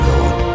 Lord